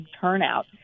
turnout